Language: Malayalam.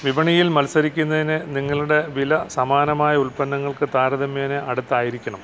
വിപണിയിൽ മത്സരിക്കുന്നതിന് നിങ്ങളുടെ വില സമാനമായ ഉൽപ്പന്നങ്ങൾക്ക് താരതമ്യേന അടുത്തായിരിക്കണം